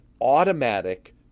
automatic